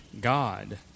God